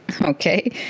Okay